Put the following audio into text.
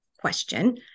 question